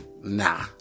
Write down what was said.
nah